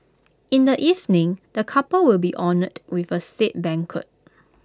in the evening the couple will be honoured with A state banquet